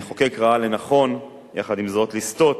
המחוקק ראה לנכון, יחד עם זאת, לסטות